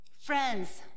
friends